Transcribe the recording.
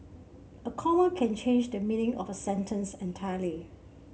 a comma can change the meaning of a sentence entirely